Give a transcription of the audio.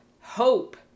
Hope